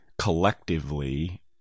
collectively